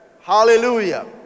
Hallelujah